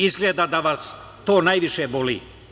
Izgleda da vas to najviše boli.